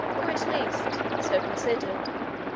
or, at least, so considered,